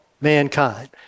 mankind